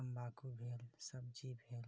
तम्बाकू भेल सब्जी भेल